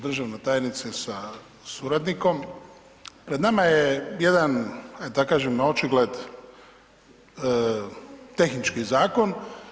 Državna tajnice sa suradnikom, pred nama je jedan da kažem naočigled tehnički zakon.